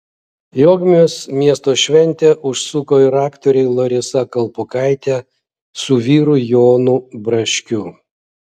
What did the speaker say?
į ogmios miesto šventę užsuko ir aktoriai larisa kalpokaitė su vyru jonu braškiu